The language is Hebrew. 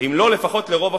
אם לא לפחות לרוב החותמים.